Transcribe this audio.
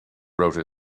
wrote